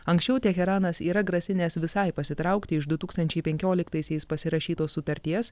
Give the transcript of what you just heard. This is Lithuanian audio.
anksčiau teheranas yra grasinęs visai pasitraukti iš du tūkstančiai penkioliktaisiais pasirašytos sutarties